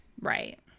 Right